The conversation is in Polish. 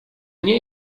nie